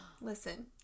Listen